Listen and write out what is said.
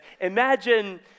imagine